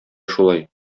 шулай